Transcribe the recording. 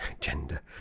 gender